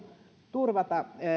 turvata